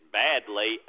badly